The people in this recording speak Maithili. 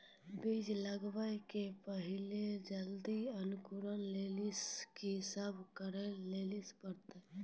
बीज लगावे के पहिले जल्दी अंकुरण लेली की सब करे ले परतै?